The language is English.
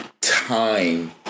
time